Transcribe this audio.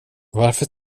varför